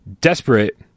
Desperate